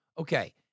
okay